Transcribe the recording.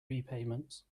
repayments